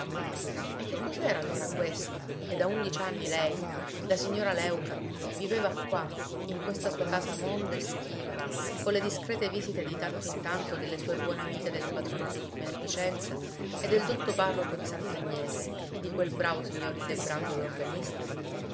e che cos'era allora questa che da undici anni lei la signora léuca viveva qua in questa sua casa monda e schiva con le discrete visite di tanto in tanto delle sue buone amiche del patronato di beneficenza e del dotto parroco di sant'agnese e di quel bravo signor ildebrando